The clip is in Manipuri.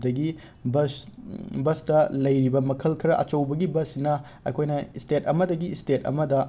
ꯑꯗꯒꯤ ꯕꯁ ꯕꯁꯇ ꯂꯩꯔꯤꯕ ꯃꯈꯜ ꯈꯔ ꯑꯆꯧꯕꯒꯤ ꯕꯁꯁꯤꯅ ꯑꯩꯈꯣꯏꯅ ꯏꯁꯇꯦꯠ ꯑꯃꯗꯒꯤ ꯏꯁꯇꯦꯠ ꯑꯃꯗ